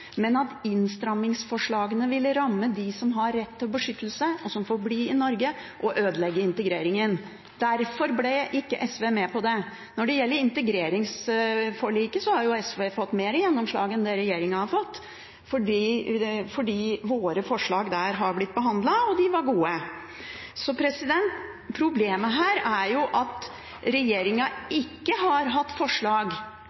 men fordi innstrammingsforslagene ville ramme dem som har rett til beskyttelse, og som får bli i Norge, og ødelegge integreringen. Derfor ble SV ikke med på det. Når det gjelder integreringsforliket, har jo SV fått større gjennomslag enn det regjeringen har fått, fordi våre forslag der har blitt behandlet – og de var gode. Problemet her er at